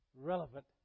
Relevant